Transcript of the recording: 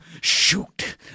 Shoot